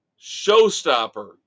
showstopper